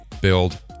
build